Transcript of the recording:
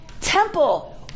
temple